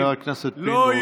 חבר הכנסת פינדרוס.